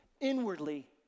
inwardly